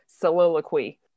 soliloquy